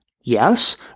Yes